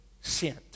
sent